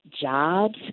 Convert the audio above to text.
jobs